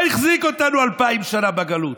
מה החזיק אותנו אלפיים שנה בגלות?